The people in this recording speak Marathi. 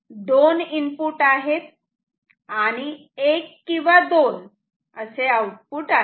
याला दोन इनपुट आहे आणि एक किंवा दोन आउटपुट आहेत